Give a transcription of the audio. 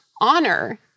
honor